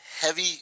heavy